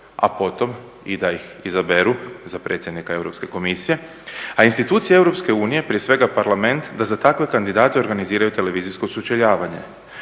a potom i da ih izaberu za predsjednika Europske komisije, a institucije EU, prije svega Parlament, da za takve kandidate organiziraju televizijsko sučeljavanje.